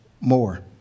more